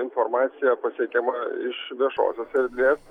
informacija pasiekiama iš viešosios erdvės